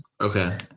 Okay